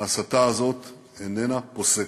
ההסתה הזאת איננה פוסקת.